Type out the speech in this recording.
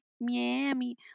Miami